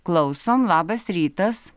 klausom labas rytas